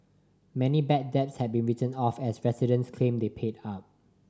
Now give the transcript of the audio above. many bad debts had to be written off as residents claim they paid up